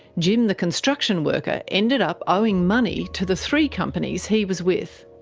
jim the construction worker ended up owing money to the three companies he was with.